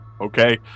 okay